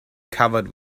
covered